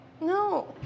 No